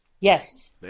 Yes